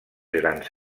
grans